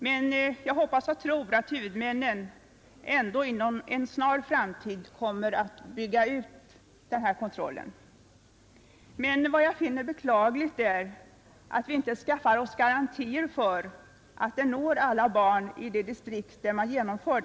Men jag hoppas och tror att huvudmännen inom en snar framtid kommer att bygga ut den kontrollen. Vad jag där finner beklagligt är dock att vi inte skaffar oss någon garanti för att kontrollen når alla barn i de distrikt där den genomförts.